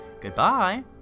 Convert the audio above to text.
Goodbye